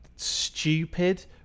stupid